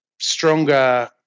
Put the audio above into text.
stronger